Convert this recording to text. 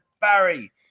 Barry